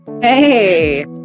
Hey